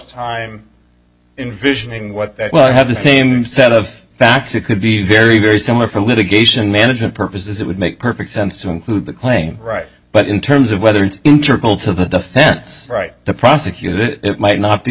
time envisioning what well you have the same set of facts it could be very very similar for litigation management purposes it would make perfect sense to include the claim right but in terms of whether it's interval to the fence right to prosecute it might not be